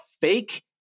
fake